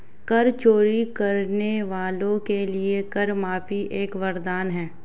कर चोरी करने वालों के लिए कर माफी एक वरदान है